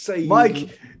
Mike